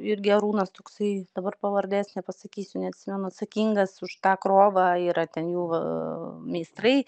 irgi arūnas toksai dabar pavardės nepasakysiu neatsimenu atsakingas už tą krovą yra ten jų meistrai